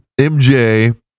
MJ